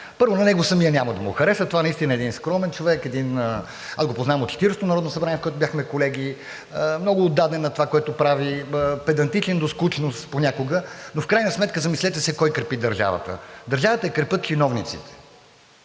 Първо, на него самия няма да му хареса, това е един наистина скромен човек, аз го познавам от Четиридесетото народно събрание, в което бяхме колеги, много отдаден на това, което прави, педантичен до скучност понякога. Но в крайна сметка, замислете се, кой крепи държавата? Държавата я крепят чиновниците